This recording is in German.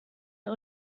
der